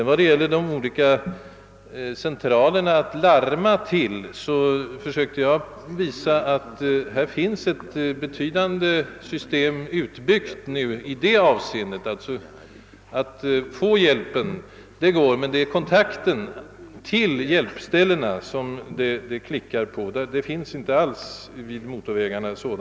Vad beträffar de olika centralerna att larma till försökte jag i mitt första anförande visa att det redan finns ett betydande system utbyggt för att ge hjälp men det är i fråga om kontakten med hjälpställena som det klickar. Sådana kontaktmöjligheter finns inte alls vid motorvägarna.